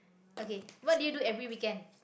okay what do you do every weekend